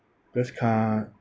because car